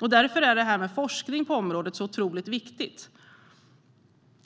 Därför är det här med forskning på området otroligt viktigt.